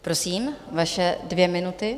Prosím, vaše dvě minuty.